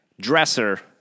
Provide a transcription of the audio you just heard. dresser